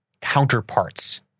counterparts